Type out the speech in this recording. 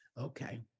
okay